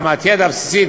רמת ידע בסיסית,